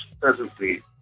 presently